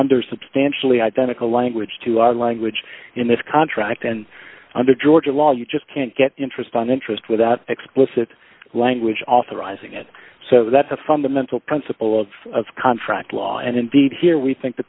under substantially identical language to our language in this contract and under georgia law you just can't get the interest on interest without explicit language authorizing it so that's a fundamental principle of contract law and indeed here we think the